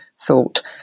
thought